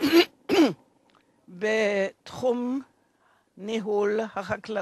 את תחום ניהול החקלאות.